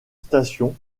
station